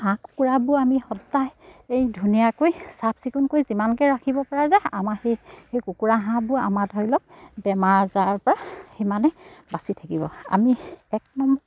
হাঁহ কুকুৰাবোৰ আমি সদায় এই ধুনীয়াকৈ চাফ চিকুণকৈ যিমানে ৰাখিব পৰা যায় আমাৰ সেই সেই কুকুৰা হাঁহবোৰ আমাৰ ধৰি লওক বেমাৰ আজাৰপৰা সিমানে বাচি থাকিব আমি এক